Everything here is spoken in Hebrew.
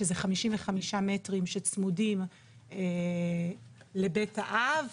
שזה 55 מטרים שצמודים לבית האב,